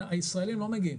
הישראלים לא מגיעים.